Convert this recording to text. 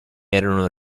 erano